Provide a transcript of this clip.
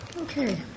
Okay